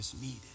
needed